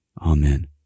Amen